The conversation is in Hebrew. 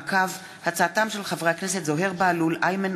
בעקבות דיון מהיר בהצעתם של חברי הכנסת מנואל טרכטנברג,